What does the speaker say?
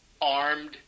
armed